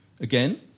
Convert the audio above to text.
again